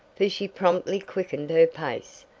for she promptly quickened her pace,